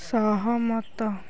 ସହମତ